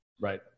right